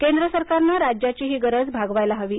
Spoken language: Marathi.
केंद्र सरकारनं राज्याची ही गरज भागवायला हवी